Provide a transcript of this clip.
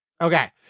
Okay